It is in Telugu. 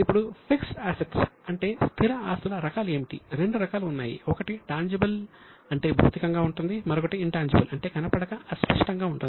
ఇప్పుడు ఫిక్స్ డ్ అసెట్స్ అంటే కనపడక అస్పష్టంగా ఉంటుంది